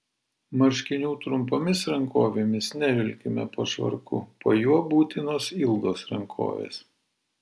marškinių trumpomis rankovėmis nevilkime po švarku po juo būtinos ilgos rankovės